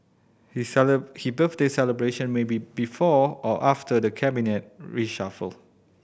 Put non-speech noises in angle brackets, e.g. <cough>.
he <unintelligible> he birthday celebration may be before or after the Cabinet reshuffle